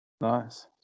Nice